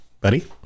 buddy